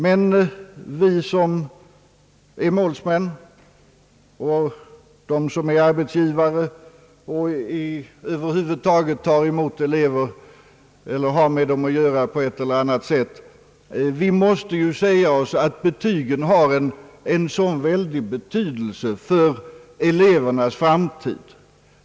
Men de som är målsmän och de som är arbetsgivare och skall ta emot dessa elever måste ju säga sig, att betygen har så stor betydelse för elevernas framtid.